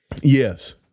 Yes